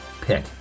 pick